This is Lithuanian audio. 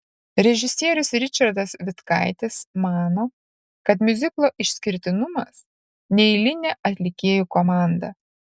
režisierius ričardas vitkaitis mano kad miuziklo išskirtinumas neeilinė atlikėjų komanda